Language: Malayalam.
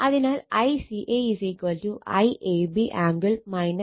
അതിനാൽ ICA IAB ആംഗിൾ 240o